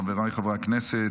חבריי חברי הכנסת,